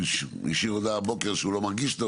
הוא השאיר הודעה הבוקר שהוא לא מרגיש טוב,